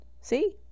See